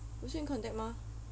不是 in contact mah